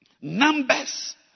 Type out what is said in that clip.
numbers